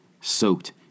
soaked